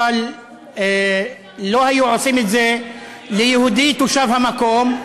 אבל לא היו עושים את זה ליהודי תושב המקום.